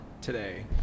today